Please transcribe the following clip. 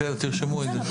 בסדר, תרשמו את זה.